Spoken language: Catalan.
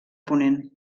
ponent